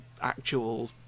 actual